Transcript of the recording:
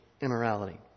immorality